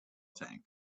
tank